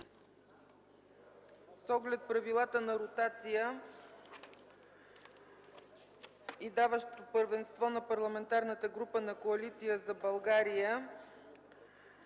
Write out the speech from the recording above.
с оглед правилата на ротация, даващи първенство на Парламентарната група на Коалиция за България,